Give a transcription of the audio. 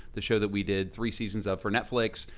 the show that we did three seasons of for netflix,